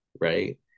right